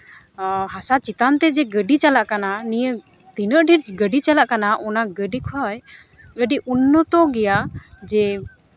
ᱦᱟᱥᱟ ᱪᱮᱛᱟᱱ ᱛᱮ ᱡᱮ ᱜᱟᱹᱰᱤ ᱪᱟᱞᱟᱜ ᱠᱟᱱᱟ ᱱᱤᱭᱟᱹ ᱛᱤᱱᱟᱹᱜ ᱰᱷᱮᱨ ᱜᱟᱹᱰᱤ ᱪᱟᱞᱟᱜ ᱠᱟᱱᱟ ᱚᱱᱟ ᱜᱟᱹᱰᱤ ᱠᱷᱚᱱ ᱟᱹᱰᱤ ᱩᱱᱱᱚᱛᱚ ᱜᱮᱭᱟ ᱡᱮ